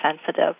sensitive